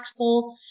impactful